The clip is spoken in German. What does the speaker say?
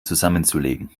zusammenzulegen